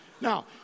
Now